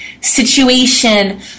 situation